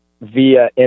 via